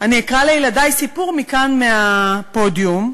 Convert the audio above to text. אני אקרא לילדי סיפור מכאן, מהפודיום,